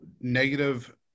negative